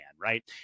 right